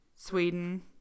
Sweden